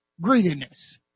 greediness